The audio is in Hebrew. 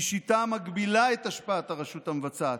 שיטה המגבילה את השפעת הרשות המבצעת,